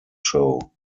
show